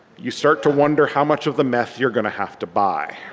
you start to wonder how much of the meth you are going to have to buy.